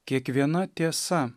kiekviena tiesa